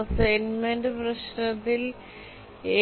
assignment പ്രശ്നത്തിൽ